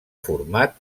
format